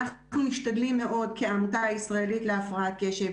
אנחנו משתדלים מאוד כעמותה הישראלית להפרעת קשב